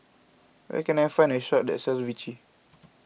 where can I find a shop that sells Vichy